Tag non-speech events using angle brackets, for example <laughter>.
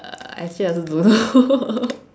actually I also don't know <laughs>